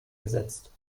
gesetzt